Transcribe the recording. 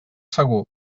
segur